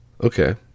Okay